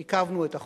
ועיכבנו את החוק,